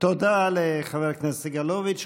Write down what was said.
תודה לחבר הכנסת סגלוביץ'.